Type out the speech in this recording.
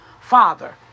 father